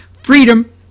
freedom